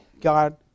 God